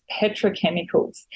petrochemicals